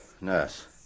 nurse